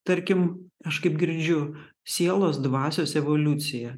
tarkim aš kaip girdžiu sielos dvasios evoliucija